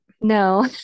No